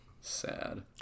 sad